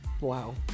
Wow